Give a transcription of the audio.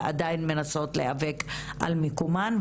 ועדיין מנסות להיאבק על מיקומן.